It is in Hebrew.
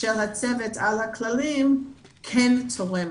של הצוות על הכללים כן תורם